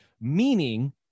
Meaning